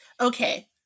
Okay